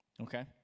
Okay